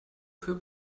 für